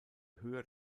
höher